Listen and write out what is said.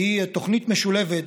היא תוכנית משולבת,